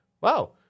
Wow